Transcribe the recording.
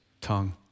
tongue